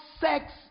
sex